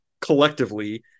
collectively